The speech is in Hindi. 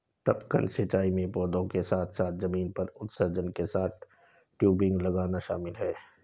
टपकन सिंचाई में पौधों के साथ साथ जमीन पर उत्सर्जक के साथ टयूबिंग लगाना शामिल है